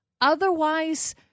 Otherwise